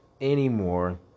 anymore